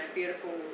beautiful